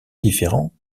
différents